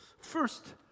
First